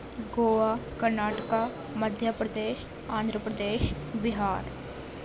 Goa Karnataka Madhya Pradesh Andhra Pradesh Bihar